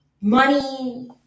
money